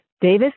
Davis